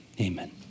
Amen